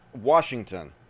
Washington